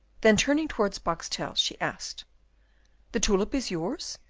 then, turning towards boxtel, she asked the tulip is yours?